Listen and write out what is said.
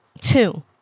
two